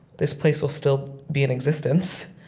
this place will still be in existence,